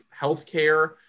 healthcare